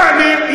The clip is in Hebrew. יעני,